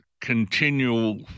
continual